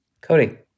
Cody